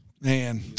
Man